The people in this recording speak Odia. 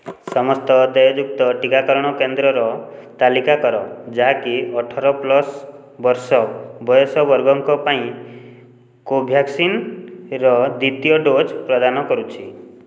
ସମସ୍ତ ଦେୟଯୁକ୍ତ ଟିକାକରଣ କେନ୍ଦ୍ରର ତାଲିକା କର ଯାହାକି ଅଠର ପ୍ଲସ୍ ବର୍ଷ ବୟସବର୍ଗଙ୍କ ପାଇଁ କୋଭ୍ୟାକ୍ସିନ୍ର ଦ୍ୱିତୀୟ ଡୋଜ୍ ପ୍ରଦାନ କରୁଛି